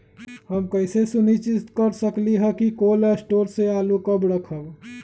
हम कैसे सुनिश्चित कर सकली ह कि कोल शटोर से आलू कब रखब?